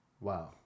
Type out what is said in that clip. Wow